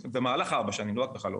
במהלך ארבע השנים לא רק בחלוף.